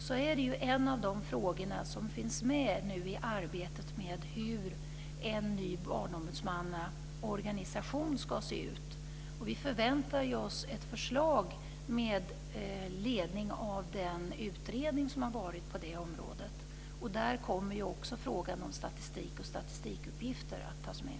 Detta är ett av de inslag som nu finns med i arbetet på hur en ny barnombudsmannaorganisation ska se ut. Vi förväntar oss ett förslag med ledning av den utredning som har gjorts på det området, och där kommer också frågan om statistikuppgifterna att tas med.